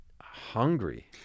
hungry